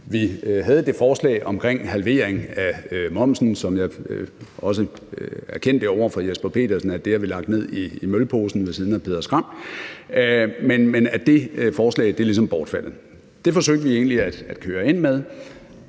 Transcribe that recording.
Vi havde det forslag om halvering af momsen, som jeg også erkendte over for Jesper Petersen at vi har lagt ned i mølposen ved siden af Peder Skram. Det forslag er ligesom bortfaldet. Det forsøgte vi egentlig at køre ind med,